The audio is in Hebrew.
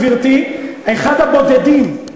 גברתי: אחד הבודדים,